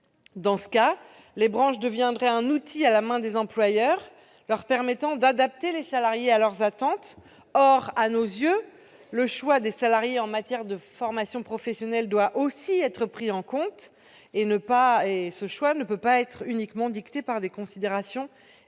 Dans ce cas, les branches deviendraient un outil à la disposition des employeurs, leur permettant d'adapter les salariés à leurs attentes. Or, pour nous, le choix des salariés en matière de formation professionnelle doit aussi être pris en compte, et ce choix ne peut pas être dicté uniquement par des considérations